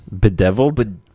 Bedeviled